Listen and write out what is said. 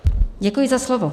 Děkuji za slovo.